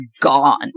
gone